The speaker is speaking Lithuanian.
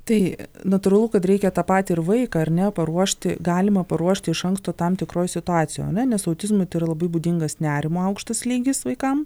tai natūralu kad reikia tą patį ir vaiką ar ne paruošti galima paruošti iš anksto tam tikroj situacijoj ane nes autizmui tai yra labai būdingas nerimo aukštas lygis vaikam